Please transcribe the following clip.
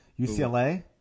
UCLA